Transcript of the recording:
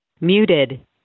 Muted